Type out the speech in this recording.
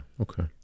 okay